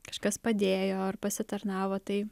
kažkas padėjo ar pasitarnavo tai